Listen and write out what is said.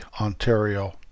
Ontario